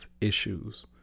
issues